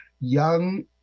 Young